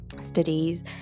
studies